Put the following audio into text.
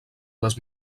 les